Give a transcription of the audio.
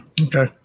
Okay